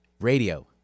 Radio